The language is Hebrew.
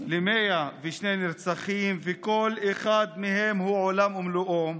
ל-102 נרצחים, וכל אחד מהם הוא עולם ומלואו,